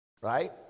Right